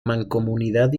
mancomunidad